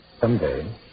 Someday